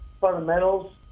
fundamentals